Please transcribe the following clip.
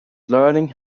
learning